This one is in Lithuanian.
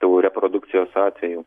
tų reprodukcijos atvejų